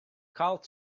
called